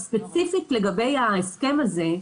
ספציפית לגבי ההסכם הזה,